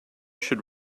should